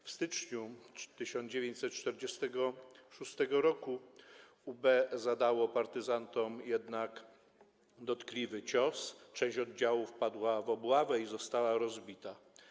W styczniu 1946 r. UB zadało partyzantom jednak dotkliwy cios, część oddziału wpadła w obławę i została rozbita.